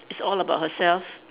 it's all about herself